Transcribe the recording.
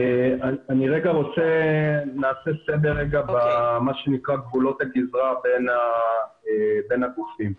אני רוצה לעשות סדר במה שנקרא גבולות הגזרה בין הגופים.